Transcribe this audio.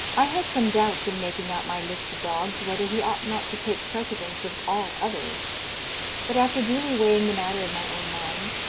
i had some doubts in making out my list of dogs, whether he ought not to take precedence of all others but, after duly weighing the matter in my own mind,